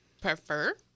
prefer